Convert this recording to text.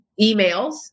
emails